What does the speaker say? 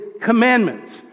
commandments